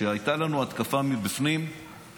כשהייתה לנו התקפה מבחוץ,